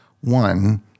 One